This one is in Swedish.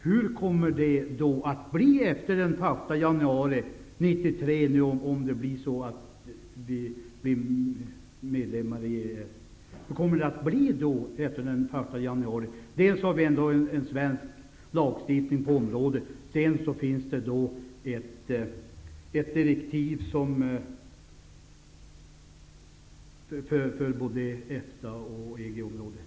Hur kommer det att bli efter den 1 januari 1993, om vi antar EES avtalet? Vi har en svensk lagstiftning på området, med sedan finns det också ett direktiv som gäller för både EG och EFTA-länderna.